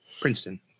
Princeton